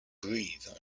breathe